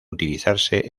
utilizarse